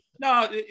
No